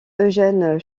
eugène